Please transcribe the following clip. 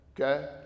Okay